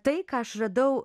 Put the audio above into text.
tai ką aš radau